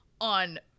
on